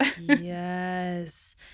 Yes